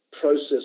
process